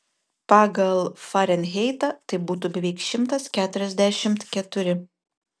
pagal farenheitą tai būtų beveik šimtas keturiasdešimt keturi